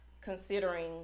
considering